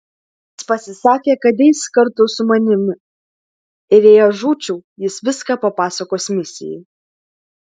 jis pasisakė kad eis kartu su manimi ir jei aš žūčiau jis viską papasakos misijai